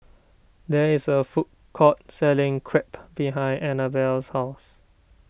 there is a food court selling Crepe behind Annabella's house